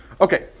Okay